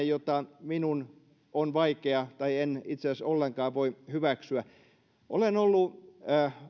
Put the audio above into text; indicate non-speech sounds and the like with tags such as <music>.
<unintelligible> jota minun on vaikea hyväksyä tai en itse asiassa ollenkaan voi hyväksyä olen ollut